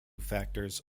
factors